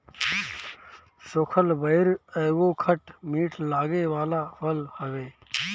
सुखल बइर एगो खट मीठ लागे वाला फल हवे